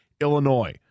Illinois